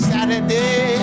Saturday